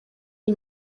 iyi